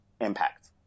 impact